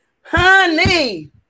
Honey